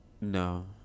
no